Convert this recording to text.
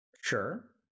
Sure